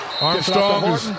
Armstrong